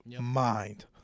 mind